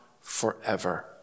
forever